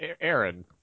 Aaron